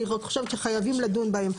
אני רק חושבת שחייבים לדון בהם.